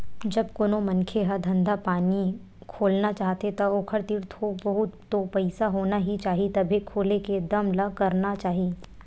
जब कोनो मनखे ह धंधा पानी खोलना चाहथे ता ओखर तीर थोक बहुत तो पइसा होना ही चाही तभे खोले के दम ल करना चाही